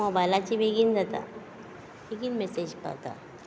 मोबायलाचेर बेगीन जाता बेगीन मैसेज पावता